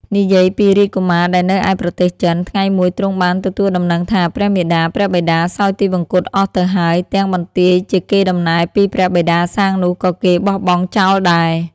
និយាយពីរាជកុមារដែលនៅឯប្រទេសចិន ថ្ងៃមួយទ្រង់បានទទួលដំណឹងថា ព្រះមាតាព្រះបិតាសោយទិវង្គតអស់ទៅហើយ ទាំងបន្ទាយជាកេរ្តិ៍ដំណែលពីព្រះបិតាសាងនោះ ក៏គេបោះបង់ចោលដែរ។